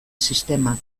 sistemak